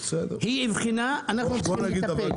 היא אבחנה אנחנו צריכים לטפל.